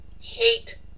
hate